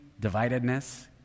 dividedness